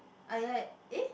ah ya eh